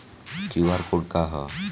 QR code का ह?